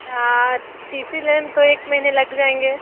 T C लेन तो एक महीने लग जाएंगे